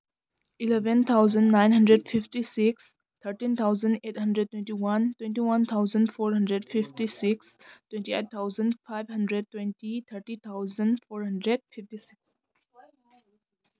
eleven thousand nine hundred fifty six thirteen thousand eight hundred twenty one twenty one thousand four hundred fifty six twenty eight thousand five hundred twenty thirty thousand four hundred fifty six